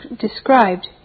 described